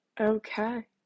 Okay